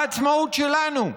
העצמאות שלנו,